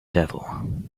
devil